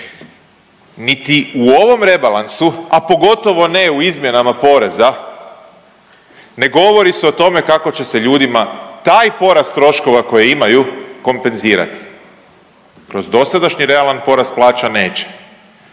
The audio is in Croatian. Niti u ovom rebalansu, a pogotovo ne u izmjenama poreza ne govori se o tome kako će se ljudima taj porast troškova koje imaju kompenzirati. Kroz dosadašnji realan porast plaća neće.